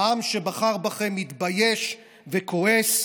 העם שבחר בכם מתבייש וכועס.